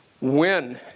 win